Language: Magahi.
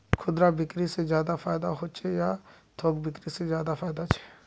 खुदरा बिक्री से ज्यादा फायदा होचे या थोक बिक्री से ज्यादा फायदा छे?